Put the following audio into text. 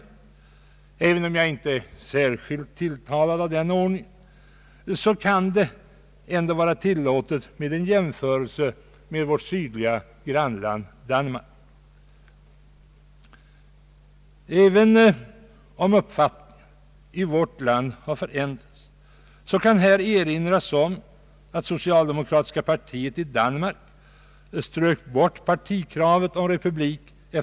Trots att jag inte är särskilt tilltalad av den ordningen, kan ändå en jämförelse med vårt sydliga grannland Danmark vara tillåtet. även om uppfattningen i vårt land har förändrats kan här nämnas att socialdemokratiska partiet i Danmark efier andra världskriget strök partikravet om republik.